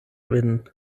vin